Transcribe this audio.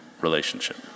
relationship